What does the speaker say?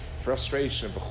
frustration